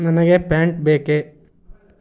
ನನಗೆ ಪ್ಯಾಂಟ್ ಬೇಕೆ